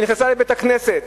נכנסה לבית-כנסת